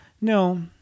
No